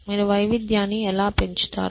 మీరు వైవిధ్యాన్ని ఎలా పెంచుతారు